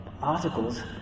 articles